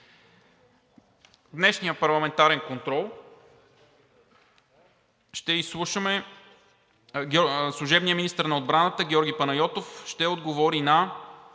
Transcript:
днешния парламентарен контрол ще изслушаме служебния министър на отбраната Георги Панайотов и той ще отговори на